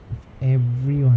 with everyone